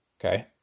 Okay